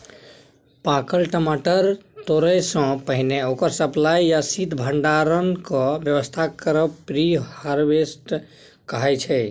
पाकल टमाटर तोरयसँ पहिने ओकर सप्लाई या शीत भंडारणक बेबस्था करब प्री हारवेस्ट कहाइ छै